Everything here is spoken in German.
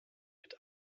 mit